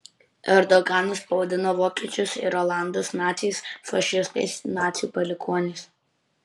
erdoganas pavadino vokiečius ir olandus naciais fašistais nacių palikuoniais